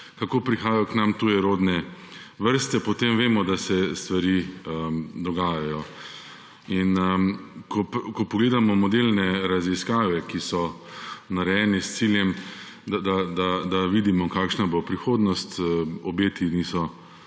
kako prihajajo k nam tujerodne vrste, potem vemo, da se stvari dogajajo. Ko pogledamo modelne raziskave, ki so narejene s ciljem, da vidimo, kakšna bo prihodnost, obeti niso